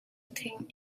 thing